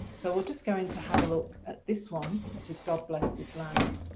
so we'll just go into have a look at this one which is god bless this land